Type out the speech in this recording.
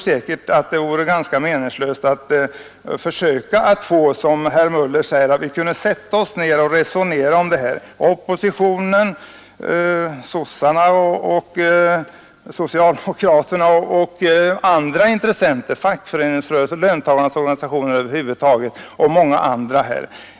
Det vore ganska meningslöst att försöka göra som herr Möller säger, nämligen att opposition, socialdemokrater, fackföreningsrörelsen, löntagarnas organisationer och många andra instanser sätter sig ner och resonerar om det här.